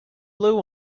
blue